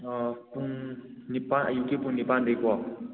ꯑꯣ ꯄꯨꯡ ꯅꯤꯄꯥꯜ ꯑꯌꯨꯛꯀꯤ ꯄꯨꯡ ꯅꯤꯄꯥꯜꯗꯒꯤꯀꯣ